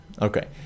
Okay